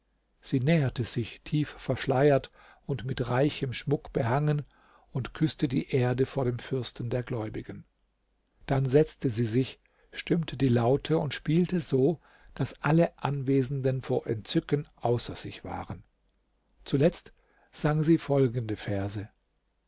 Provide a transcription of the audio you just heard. sie näherte sich tief verschleiert und mit reichem schmuck behangen und küßte die erde vor dem fürsten der gläubigen dann setzte sie sich stimmte die laute und spielte so daß alle anwesenden vor entzücken außer sich waren zuletzt sang sie folgende verse